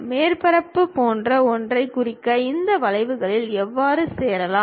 மேற்பரப்பு போன்ற ஒன்றைக் குறிக்க இந்த வளைவுகளில் எவ்வாறு சேரலாம்